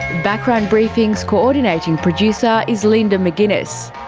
background briefing's co-ordinating producer is linda mcginness,